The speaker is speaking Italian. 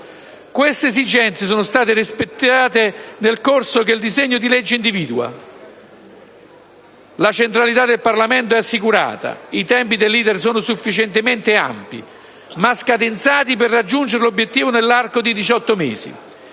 Tali esigenze sono state rispettate nel percorso che il disegno di legge individua. La centralità del Parlamento è assicurata; i tempi dell'*iter* sono sufficientemente ampi, ma cadenzati per raggiungere l'obiettivo nell'arco di diciotto